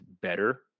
better